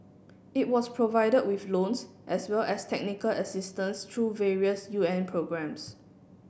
it was provided with loans as well as technical assistance through various U N programmes